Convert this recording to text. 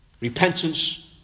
repentance